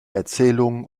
erzählungen